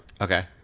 Okay